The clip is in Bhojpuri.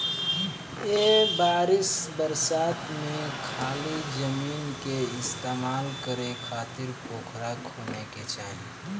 ए बरिस बरसात में खाली जमीन के इस्तेमाल करे खातिर पोखरा खोने के चाही